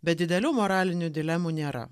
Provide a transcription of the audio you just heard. bet didelių moralinių dilemų nėra